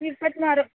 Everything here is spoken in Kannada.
ಇಪ್ಪತ್ತು ಮಾರು